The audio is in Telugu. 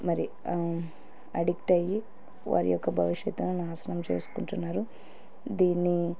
మరి అడిక్ట్ అయ్యి వారి యొక్క భవిష్యత్ను నాశనం చేసుకుంటున్నారు దీన్ని